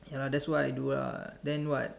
ya that's what I do lah then what